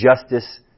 justice